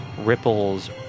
ripples